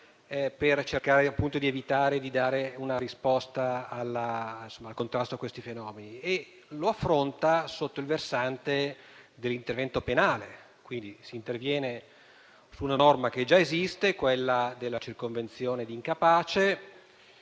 per cercare di dare una risposta al contrasto di questi fenomeni, affrontandolo sotto il versante dell'intervento penale. Si interviene su una norma che già esiste, quella della circonvenzione di incapace,